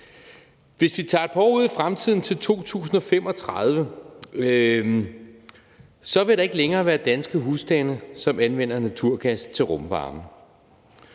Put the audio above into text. Hvis vi tager et par år ud i fremtiden til 2035, vil der ikke længere være danske husstande, som anvender naturgas til rumvarme.